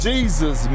Jesus